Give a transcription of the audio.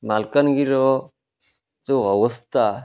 ମାଲକାନଗିରିର ଯେଉଁ ଅବସ୍ଥା